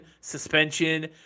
suspension